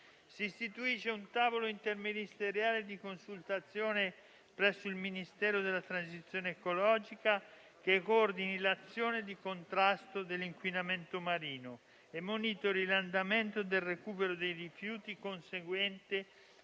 Si istituisce un tavolo interministeriale di consultazione presso il Ministero della transizione ecologica che coordini l'azione di contrasto dell'inquinamento marino e monitori l'andamento del recupero dei rifiuti conseguente